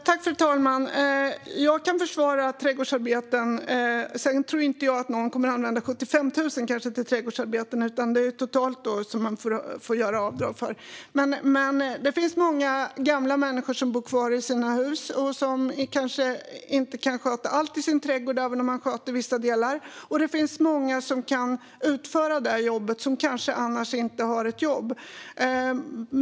Fru talman! Jag kan försvara avdrag för kostnader för trädgårdsarbete. Sedan tror jag inte att någon kommer att dra av för 75 000 bara på trädgårdsarbete, utan det är vad man totalt får göra avdrag för. Det finns många gamla människor som bor kvar i sina hus och som kanske inte kan sköta allt i sin trädgård även om de sköter vissa delar. Det finns också många som kan utföra det jobbet och som kanske annars inte har ett jobb.